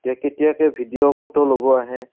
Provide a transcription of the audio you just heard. এতিয়া কেতিয়াকে video photo ল'ব আহে